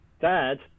dad